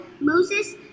Moses